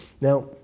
Now